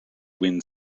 wind